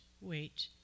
wait